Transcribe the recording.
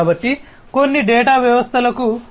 కాబట్టి కొన్ని డేటా వ్యవస్థలకు అసంబద్ధం